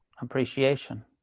appreciation